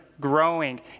growing